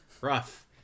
Rough